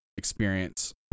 Experience